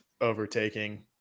overtaking